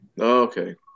Okay